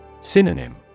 Synonym